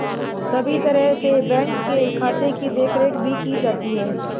सभी तरह से बैंक के खाते की देखरेख भी की जाती है